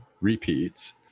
repeats